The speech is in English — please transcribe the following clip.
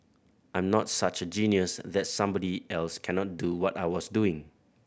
I'm not such a genius that's somebody else cannot do what I was doing